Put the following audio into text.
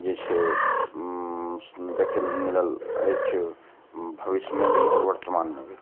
जे छै देखै लए मिलल अछि भबिष्यमे भी आओर बर्तमानमे भी